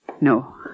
No